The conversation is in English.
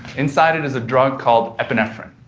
inside it is a drug called epinephrine.